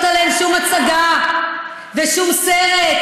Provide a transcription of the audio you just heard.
לא צריך לעשות עליהם שום הצגה ושום סרט.